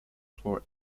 for